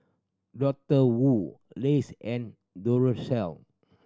Doctor Wu Lays and Duracell